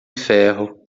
ferro